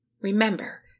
Remember